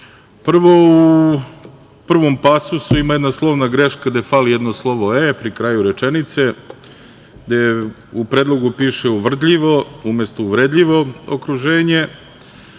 5.Prvo, u prvom pasusu ima jedna slovna greška, gde fali jedno slovo „e“ pri kraju rečenice. U predlogu piše: „uvrdljivo“ umesto: „uvredljivo okruženje“.U